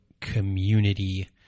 community